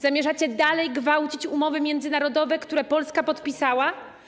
Zamierzacie dalej gwałcić umowy międzynarodowe, które Polska podpisała?